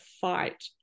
fight